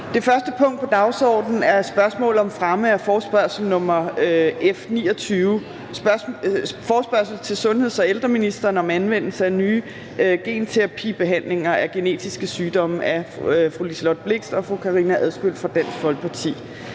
Det første punkt på dagsordenen er: 1) Spørgsmål om fremme af forespørgsel nr. F 29: Forespørgsel til sundheds- og ældreministeren om anvendelse af nye genterapibehandlinger af genetiske sygdomme. Af Liselott Blixt (DF) og Karina Adsbøl (DF).